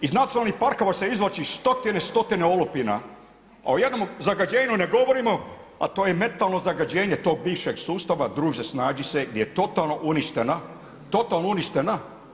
Iz nacionalnih parkova se izvlači stotine, stotine olupina, a o jednom zagađenju ne govorimo, a to je mentalno zagađenje tog bivšeg sustava „druže snađi se“ gdje je totalno uništena, totalno uništena.